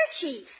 chief